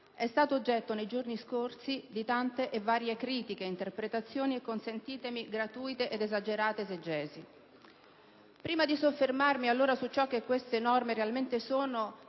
è stato oggetto nei giorni scorsi di tante e varie critiche, di interpretazioni e, consentitemi, gratuite ed esagerate esegesi. Prima di soffermarmi allora su ciò che queste norme realmente sono